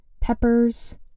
peppers